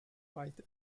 fright